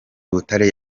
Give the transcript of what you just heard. butare